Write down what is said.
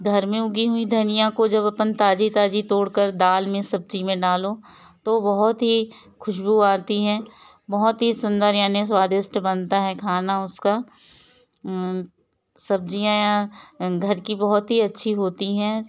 घर में उगी हुई धनिया को जब अपन ताजी ताजी तोड़कर दाल में सब्जी में डालो तो बहुत ही खुशबू आती है बहुत ही सुंदर यानी स्वादिष्ट बनता है खाना उसका सब्जियाँ घर की बहुत ही अच्छी होती हैं